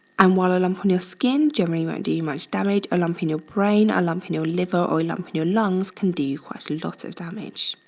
and while a lump on your skin generally won't do you much damage, a lump in your brain, a lump in your liver or a lump in your lungs can do you quite a lot of damage.